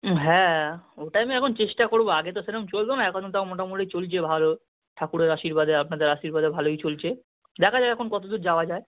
হ্যাঁ ওটাই আমি এখন চেষ্টা করব আগে তো সেরম চলত না এখন তাও মোটামোটি চলছে ভালো ঠাকুরের আশীর্বাদে আপনাদের আশীর্বাদে ভালোই চলছে দেখা যাক এখন কতদূর যাওয়া যায়